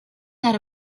that